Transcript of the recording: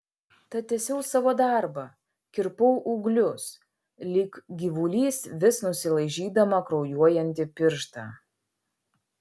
tad tęsiau savo darbą kirpau ūglius lyg gyvulys vis nusilaižydama kraujuojantį pirštą